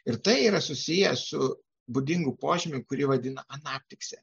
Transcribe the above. ir tai yra susiję su būdingu požymiu kurį vadina anafikse